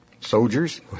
Soldiers